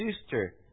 sister